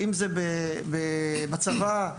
בצבא,